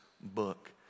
book